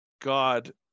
God